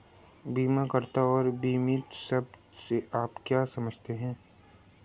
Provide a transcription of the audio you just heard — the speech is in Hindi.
बीमाकर्ता और बीमित शब्द से आप क्या समझते हैं?